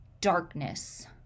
darkness